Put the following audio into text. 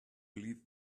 believe